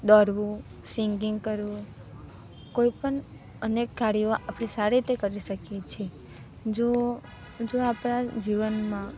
દોડવું સિંગિંગ કરવું કોઈપણ અનેક કાર્યો આપણે સારી રીતે કરી શકીએ છીએ જો જો આપણાં જીવનમાં